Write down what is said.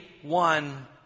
one